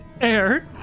air